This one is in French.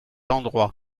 endroit